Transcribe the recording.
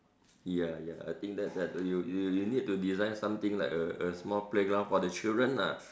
ya ya I think that that you you you need to design something like a a small playground for the children lah